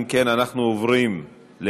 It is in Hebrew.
אם כן, אנחנו עוברים להצבעה